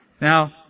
Now